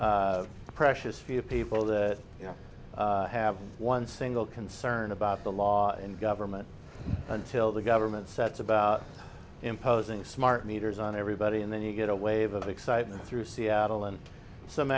it's precious few people that have one single concern about the law in government until the government sets about imposing smart meters on everybody and then you get a wave of excitement through seattle and some